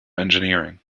engineering